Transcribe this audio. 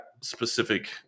specific